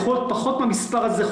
פחות מהמספר הזה,